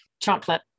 Chocolate